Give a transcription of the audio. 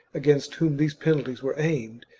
against whom these penalties were aimed,